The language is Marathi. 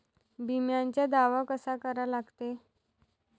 बिम्याचा दावा कसा करा लागते?